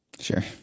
sure